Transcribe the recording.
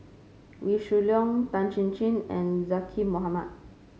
Wee Shoo Leong Tan Chin Chin and Zaqy Mohamad